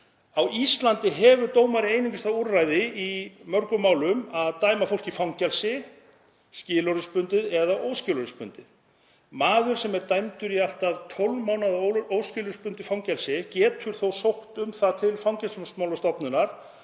„Á Íslandi hefur dómari einungis það úrræði, í mörgum málum, að dæma fólk í fangelsi, skilorðsbundið eða óskilorðsbundið. Maður sem er dæmdur í allt að 12 mánaða óskilorðsbundið fangelsi getur sótt um það til Fangelsismálastofnunar